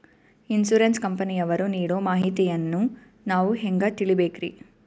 Insurance ಕಂಪನಿಯವರು ನೀಡೋ ಮಾಹಿತಿಯನ್ನು ನಾವು ಹೆಂಗಾ ತಿಳಿಬೇಕ್ರಿ?